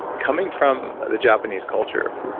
coming from the japanese culture,